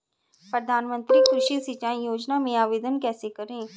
प्रधानमंत्री कृषि सिंचाई योजना में आवेदन कैसे करें?